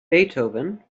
beethoven